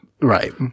Right